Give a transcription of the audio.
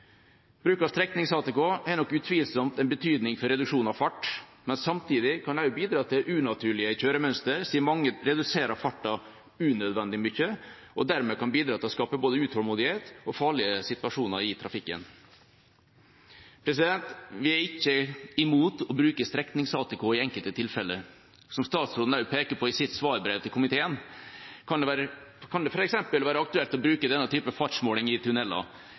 Bruk av streknings-ATK har nok utvilsomt en betydning for reduksjon av fart, men samtidig kan det bidra til unaturlige kjøremønster siden mange reduserer farten unødvendig mye og dermed kan bidra til å skape både utålmodighet og farlige situasjoner i trafikken. Vi er ikke imot å bruke streknings-ATK i enkelte tilfeller. Som statsråden også peker på i sitt svarbrev til komiteen, kan det f.eks. være aktuelt å bruke denne typen fartsmåling i